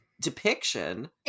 depiction